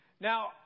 Now